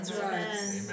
Amen